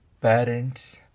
parents